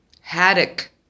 haddock